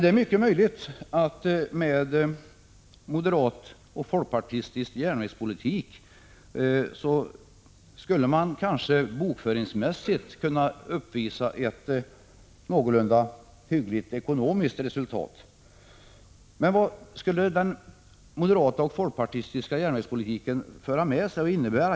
Det är mycket möjligt att man med moderaternas och folkpartiets järnvägspolitik bokföringsmässigt skulle kunna uppvisa ett någorlunda hyggligt ekonomiskt resultat. Men vad skulle den moderata och folkpartistiska järnvägspolitiken föra med sig?